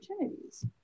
opportunities